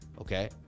okay